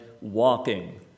walking